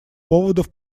поводов